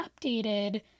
updated